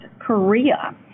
Korea